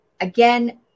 again